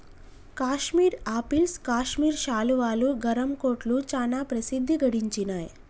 Kashmir apples Kashmir శాలువాలు, గరం కోట్లు చానా ప్రసిద్ధి గడించినాయ్